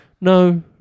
no